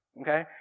okay